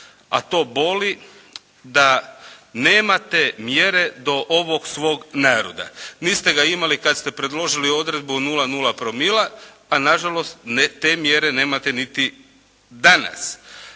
a to boli, da nema te mjere do ovog svog naroda. Niste ga imali kad ste predložili odredbu o 0,0 promila, a na žalost te mjere nemate niti danas.